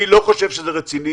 אני לא חושב שזה רציני,